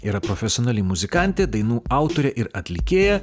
yra profesionali muzikantė dainų autorė ir atlikėja